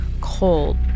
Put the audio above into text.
cold